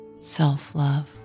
self-love